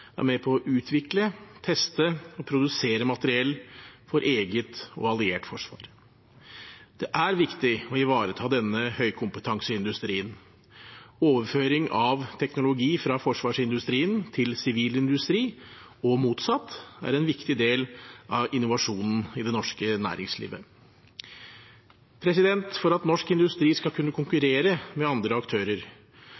er med på å utvikle, teste og produsere materiell for eget og alliert forsvar. Det er viktig å ivareta denne høykompetanseindustrien. Overføring av teknologi fra forsvarsindustrien til sivil industri – og motsatt – er en viktig del av innovasjonen i det norske næringslivet. For at norsk industri skal kunne